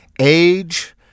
Age